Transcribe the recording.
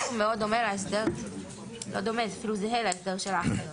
זה זהה להסדר של האחיות.